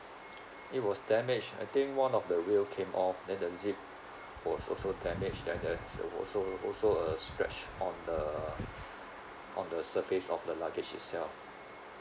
it was damaged I think one of the wheel came off then the zip was also damaged then there was also also a scratch on the on the surface of the luggage itself